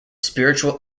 spiritual